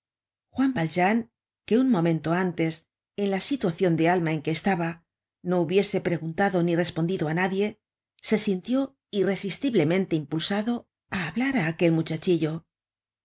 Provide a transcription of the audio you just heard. juan valjean que un momento antes en la situacion de alma en que estaba no hubiese preguntado ni respondido á nadie se sintió irresistiblemente impulsado á hablar á aquel muchachillo